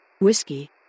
Whiskey